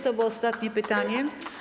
To było ostatnie pytanie.